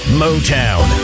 motown